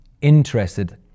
interested